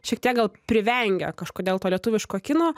šiek tiek gal privengia kažkodėl to lietuviško kino